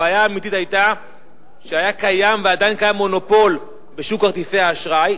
הבעיה האמיתית היתה שהיה קיים ועדיין קיים מונופול בשוק כרטיסי האשראי,